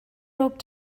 rope